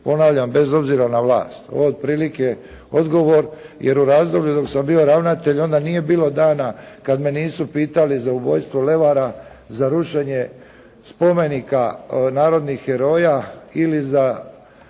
ponavljam, bez obzira na vlast. Ovo je otprilike odgovor, jer u razdoblju dok sam bio ravnatelj onda nije bilo dana kad me nisu pitali za ubojstvo Levara, za rušenje spomenika narodnih heroja ili za